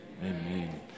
Amen